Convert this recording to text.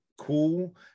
Cool